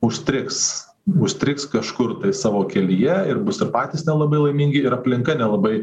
užstrigs užstrigs kažkur savo kelyje ir bus ir patys nelabai laimingi ir aplinka nelabai